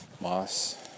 Moss